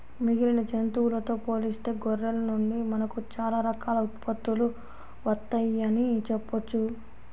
మిగిలిన జంతువులతో పోలిస్తే గొర్రెల నుండి మనకు చాలా రకాల ఉత్పత్తులు వత్తయ్యని చెప్పొచ్చు